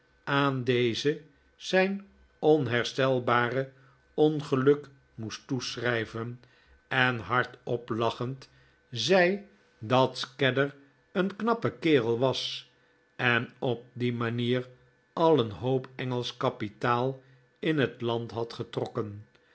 aan dezen zijn onherstelbare ongeluk moest toeschrijven en hardop lachend zei dat scadder een knappe kerel was en op die manier al een hoop engelsch kapitaal in het land had getrokken